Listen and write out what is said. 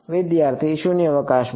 વિદ્યાર્થી શૂન્યાવકાશ માટે